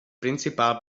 principal